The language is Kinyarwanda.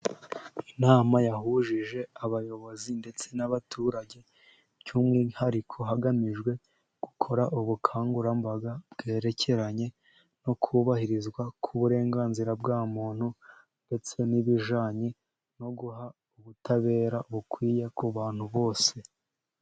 Inama yahuje abayobozi ndetse n'abaturage, by'umwihariko hagamijwe gukora ubukangurambaga bwerekeranye no kubahirizwa k' uburenganzira bwa muntu, ndetse n'ibijyanye no guha ubutabera bukwiye ku bantu bose.